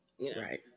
Right